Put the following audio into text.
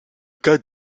cas